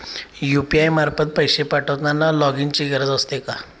UPI मार्फत पैसे पाठवताना लॉगइनची गरज असते का?